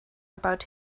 about